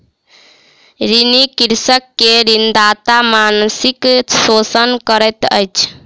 ऋणी कृषक के ऋणदाता मानसिक शोषण करैत अछि